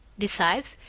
besides,